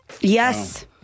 Yes